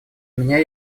меня